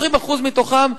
20% מתוכם,